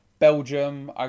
Belgium